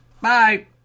Bye